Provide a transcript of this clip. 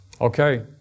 Okay